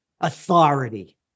Authority